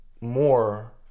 more